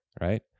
right